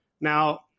Now